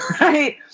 right